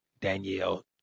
danielle